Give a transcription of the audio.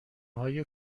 های